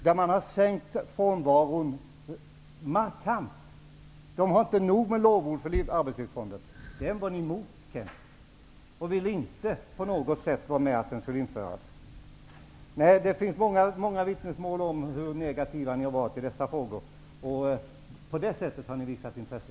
Man har där sänkt frånvaron markant. Man har inte nog med lovord för Arbetslivsfonden. Ändå går ni emot den och var inte på något vis med om att den skulle införas. Det finns många vittnesmål om hur negativa ni har varit i dessa frågor. På det sättet har ni visat intresse.